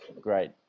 great